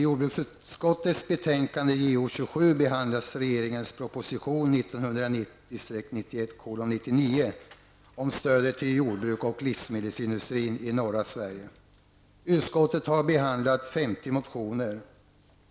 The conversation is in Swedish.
Herr talman! I jordbruksutskottets betänkande Utskottet har behandlat 50 motioner.